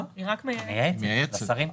היא רק מייעצת לשרים.